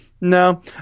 no